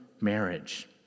marriage